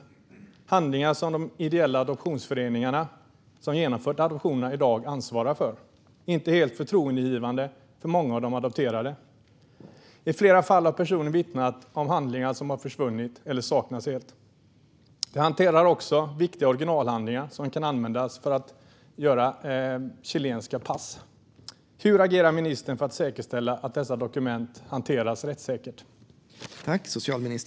Det är handlingar som de ideella adoptionsföreningar som genomförde adoptionerna än i dag ansvarar för - inte helt förtroendeingivande för många av de adopterade. I flera fall har personer vittnat om att handlingar har försvunnit eller saknas helt. Man hanterar också viktiga originalhandlingar som kan användas för att göra chilenska pass. Hur agerar ministern för att säkerställa att dessa dokument hanteras rättssäkert?